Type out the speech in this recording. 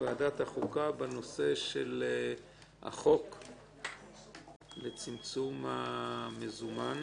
ועדת החוקה בנושא של החוק לצמצום השימוש במזומן.